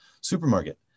supermarket